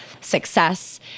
success